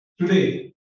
today